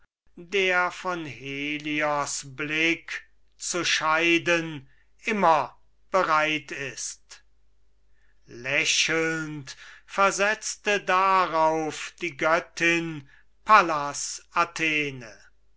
der von helios blick zu scheiden immer bereit ist lächelnd versetzte darauf die göttin pallas athene